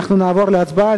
נעבור להצבעה.